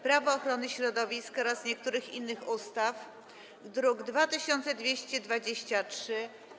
Prawo ochrony środowiska oraz niektórych innych ustaw (druk nr 2223)